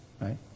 Right